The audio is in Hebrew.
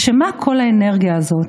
לשם מה כל האנרגיה הזאת,